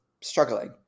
struggling